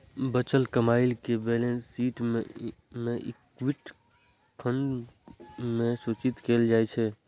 बचल कमाइ कें बैलेंस शीट मे इक्विटी खंड मे सूचित कैल जाइ छै